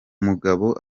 mugabo